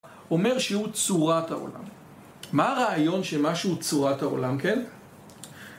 אומר שהוא צורת העולם מה הרעיון שמשהו הוא צורת העולם?